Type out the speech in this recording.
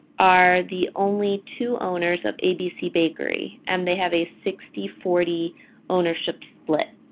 are the only two owners of abc bakery and they have a sixty forty ownership split.